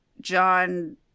John